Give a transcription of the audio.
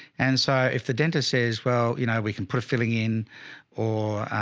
and so if the dentist says, well, you know, we can put a filling in or a,